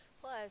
Plus